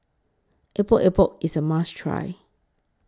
Epok Epok IS A must Try